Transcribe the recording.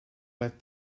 let